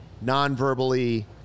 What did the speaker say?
non-verbally